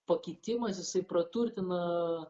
pakitimas jisai praturtina